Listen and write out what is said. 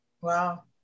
Wow